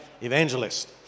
evangelist